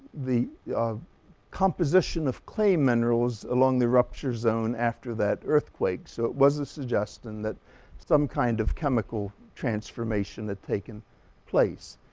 the composition of clay minerals along the rupture zone after that earthquake. so it was a suggestion that some kind of chemical transformation had taken place.